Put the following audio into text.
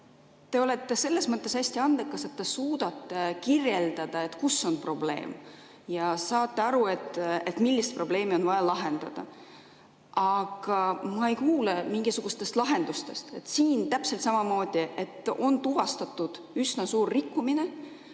Te olete selles mõttes hästi andekas, et te suudate kirjeldada, kus on probleem, ja saate aru, millist probleemi on vaja lahendada. Aga ma ei kuule mingisugustest lahendustest. Siin on täpselt samamoodi tuvastatud üsna suur rikkumine.